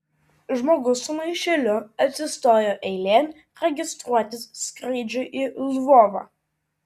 žmogus su maišeliu atsistojo eilėn registruotis skrydžiui į lvovą